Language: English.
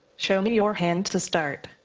show me your hand to start.